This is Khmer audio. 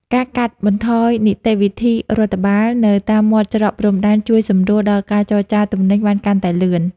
ការកាត់បន្ថយនីតិវិធីរដ្ឋបាលនៅតាមមាត់ច្រកព្រំដែន ជួយសម្រួលដល់ការចរាចរទំនិញបានកាន់តែលឿន។